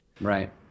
right